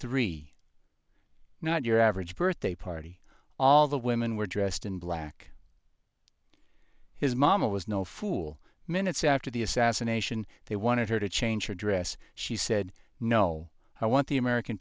three not your average birthday party all the women were dressed in black his mama was no fool minutes after the assassination they wanted her to change her dress she said no i want the american